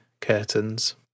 curtains